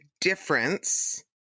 difference